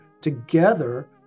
together